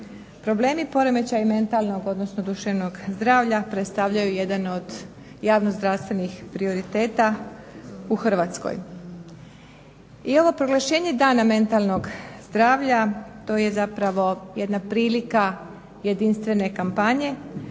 problemi poremećaja mentalnog odnosno duševnog zdravlja predstavljaju jedan od javno zdravstvenih prioriteta u Hrvatskoj. I ovo proglašenje Dana mentalnog zdravlja to je zapravo jedna prilika jedinstvene kampanje